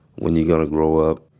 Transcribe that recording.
when you gonna grow up?